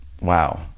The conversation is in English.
Wow